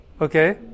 Okay